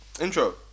intro